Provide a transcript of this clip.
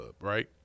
right